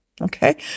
Okay